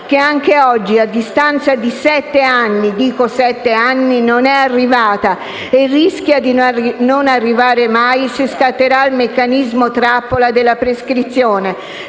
che, anche oggi, a distanza di sette anni, non è arrivata e rischia di non arrivare mai se scatterà il meccanismo trappola della prescrizione